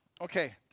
okay